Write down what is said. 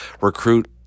recruit